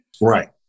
Right